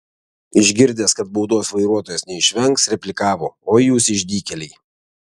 išgirdęs kad baudos vairuotojas neišvengs replikavo oi jūs išdykėliai